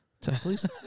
Please